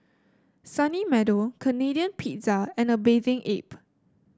Sunny Meadow Canadian Pizza and A Bathing Ape